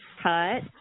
cut